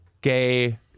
gay